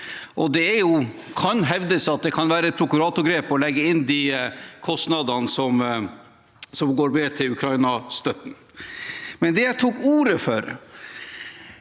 Det kan hevdes å være et prokuratorgrep å legge inn de kostnadene som går med til Ukraina-støtten. Det jeg tok ordet for,